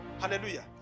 Hallelujah